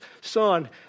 son